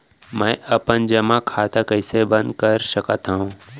मै अपन जेमा खाता कइसे बन्द कर सकत हओं?